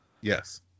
Yes